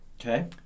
Okay